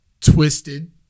twisted